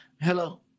Hello